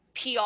PR